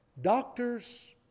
Doctors